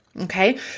Okay